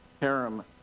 harem